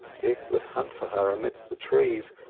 dick would hunt for her amidst the trees,